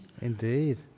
Indeed